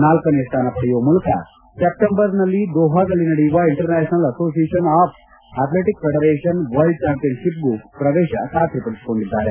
ನಾಲ್ಕನೇ ಸ್ಥಾನ ಪಡೆಯುವ ಮೂಲಕ ಸೆಪ್ಟಂಬರ್ನಲ್ಲಿ ದೋಹಾದಲ್ಲಿ ನಡೆಯುವ International Association of Athletic Federation World ಚಾಂಪಿಯನ್ ಶಿಪ್ಗೂ ಪ್ರವೇಶ ಖಾತರಿಪಡಿಸಿಕೊಂಡಿದ್ದಾರೆ